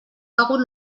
begut